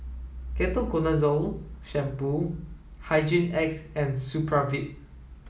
Ketoconazole Shampoo Hygin X and Supravit